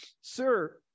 sir